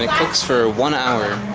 it cooks for one hour